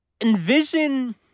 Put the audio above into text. Envision